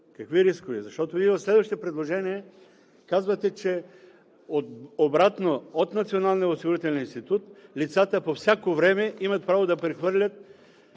Какви рискове? Вие в следващите предложения казвате, че обратно – от Националния осигурителен институт лицата по всяко време имат право да прехвърлят